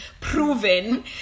proven